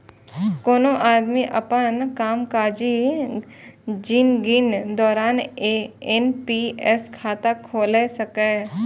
कोनो आदमी अपन कामकाजी जिनगीक दौरान एन.पी.एस खाता खोला सकैए